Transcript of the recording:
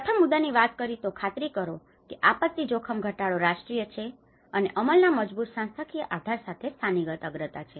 પ્રથમ મુદ્દાની વાત કરી તો ખાતરી કરો કે આપત્તિ જોખમ ઘટાડો રાષ્ટ્રીય છે અને અમલના મજબૂત સંસ્થાકીય આધાર સાથે સ્થાનિક અગ્રતા છે